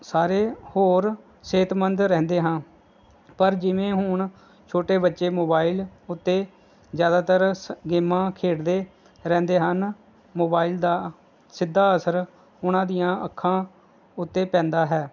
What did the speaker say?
ਸਾਰੇ ਹੋਰ ਸਿਹਤਮੰਦ ਰਹਿੰਦੇ ਹਾਂ ਪਰ ਜਿਵੇਂ ਹੁਣ ਛੋਟੇ ਬੱਚੇ ਮੋਬਾਇਲ ਉੱਤੇ ਜ਼ਿਆਦਾਤਰ ਗੇਮਾਂ ਖੇਡਦੇ ਰਹਿੰਦੇ ਹਨ ਮੋਬਾਇਲ ਦਾ ਸਿੱਧਾ ਅਸਰ ਉਹਨਾਂ ਦੀਆਂ ਅੱਖਾਂ ਉੱਤੇ ਪੈਂਦਾ ਹੈ